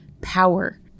power